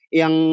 yang